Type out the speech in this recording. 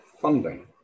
funding